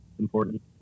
important